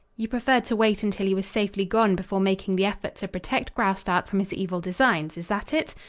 you preferred to wait until he was safely gone before making the effort to protect graustark from his evil designs. is that it?